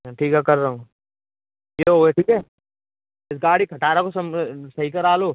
हाँ ठीक है कर रहा हूँ यह हो गए ठीक है इस गाड़ी खटारा को सही करा लो